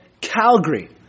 Calgary